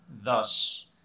thus